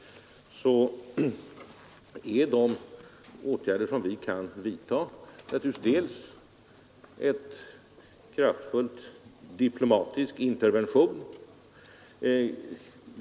En åtgärd som vi vid behov kommer att vidtaga är en kraftfull diplomatisk intervention.